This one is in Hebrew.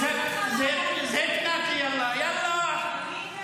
(אומר בערבית:) יאללה.